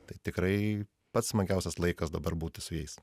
tai tikrai pats smagiausias laikas dabar būti su jais